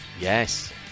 Yes